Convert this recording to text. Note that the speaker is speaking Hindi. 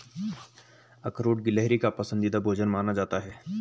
अखरोट गिलहरी का पसंदीदा भोजन माना जाता है